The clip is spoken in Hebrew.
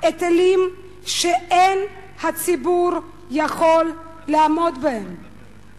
היטלים שאין הציבור יכול לעמוד בהם.